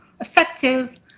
effective